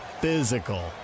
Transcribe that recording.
physical